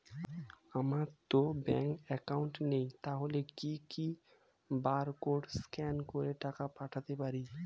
আমারতো bank account নেই তাহলে কি কি বারকোড স্ক্যান করে টাকা পাঠাতে পারি?